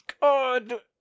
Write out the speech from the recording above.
God